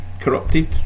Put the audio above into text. corrupted